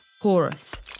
Horus